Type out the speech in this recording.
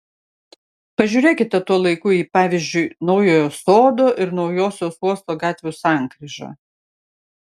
pažiūrėkite tuo laiku į pavyzdžiui naujojo sodo ir naujosios uosto gatvių sankryžą